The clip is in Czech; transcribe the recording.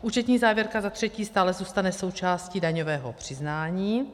Účetní závěrka za třetí stále zůstane součástí daňového přiznání.